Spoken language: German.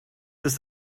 ist